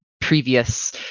previous